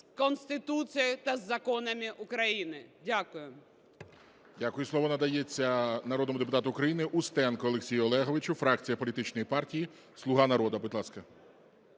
з Конституцією та з законами України. Дякую.